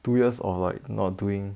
two years of like not doing